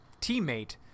teammate